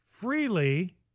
freely